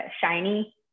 shiny